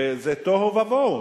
וזה תוהו ובוהו.